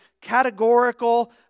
categorical